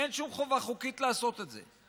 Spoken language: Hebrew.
אין שום חובה חוקית לעשות את זה.